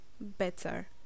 better